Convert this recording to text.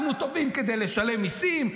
אנחנו טובים כדי לשלם מיסים,